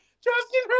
Justin